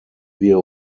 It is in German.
wir